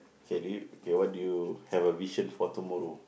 K we K what do you have a vision for tomorrow